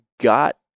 got